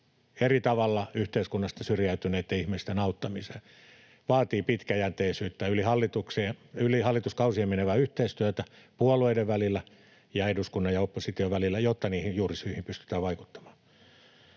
eri tavalla yhteiskunnasta syrjäytyneitten ihmisten auttamiseksi vaativat pitkäjänteisyyttä, yli hallituskausien menevää yhteistyötä puolueiden välillä ja eduskunnan ja opposition välillä, jotta niihin juurisyihin pystytään vaikuttamaan.